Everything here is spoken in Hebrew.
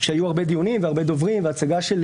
שהיו הרבה דיונים והרבה דוברים והצגה של